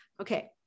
Okay